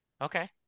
okay